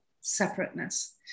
separateness